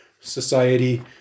Society